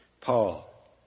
Paul